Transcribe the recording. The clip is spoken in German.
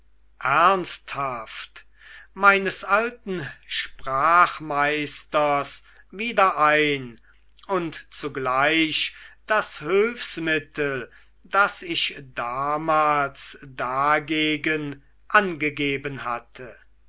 ernsthaft meines alten sprachmeisters wieder ein und zugleich das hülfsmittel das ich damals dagegen angegeben hatte